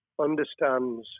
understands